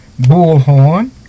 Bullhorn